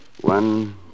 One